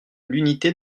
l’unité